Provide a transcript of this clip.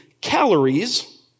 calories